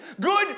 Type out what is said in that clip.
Good